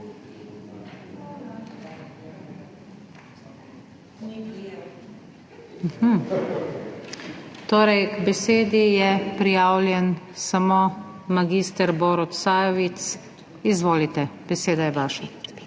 Torej k besedi je prijavljen samo mag. Borut Sajovic. Izvolite, beseda je vaša.